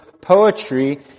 poetry